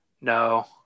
No